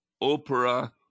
opera